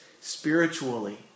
spiritually